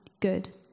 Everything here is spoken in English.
good